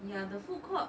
ya the food court